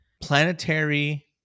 planetary